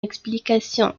explication